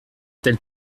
tel